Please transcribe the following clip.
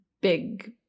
big